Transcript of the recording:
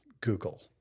Google